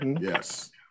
yes